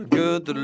good